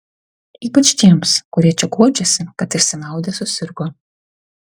ypač tiems kurie čia guodžiasi kad išsimaudę susirgo